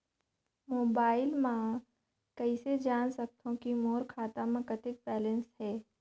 Mobile म कइसे जान सकथव कि मोर खाता म कतेक बैलेंस से?